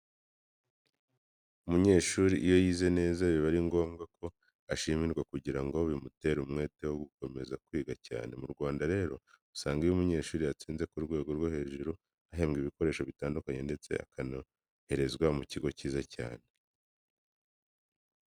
Umunyeshuri iyo yize neza biba ari ngombwa ko ashimirwa kugira ngo bimutere umwete wo gukomeza kwiga cyane. Mu Rwanda rero usanga iyo umunyeshuri yatsinze ku rwego rwo hejuru ahembwa ibikoresho bitandukanye ndetse akonoherezwa mu kigo cyiza cyane.